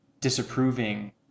disapproving